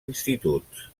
instituts